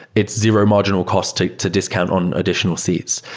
it's zero marginal cost to to discount on additional seats.